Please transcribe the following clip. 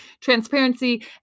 transparency